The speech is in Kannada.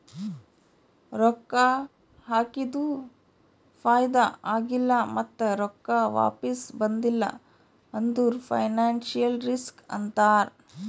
ರೊಕ್ಕಾ ಹಾಕಿದು ಫೈದಾ ಆಗಿಲ್ಲ ಮತ್ತ ರೊಕ್ಕಾ ವಾಪಿಸ್ ಬಂದಿಲ್ಲ ಅಂದುರ್ ಫೈನಾನ್ಸಿಯಲ್ ರಿಸ್ಕ್ ಅಂತಾರ್